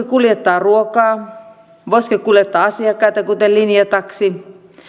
kuljettaa ruokaa voisiko se kuljettaa asiakkaita kuten linjataksi